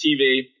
TV